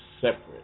separate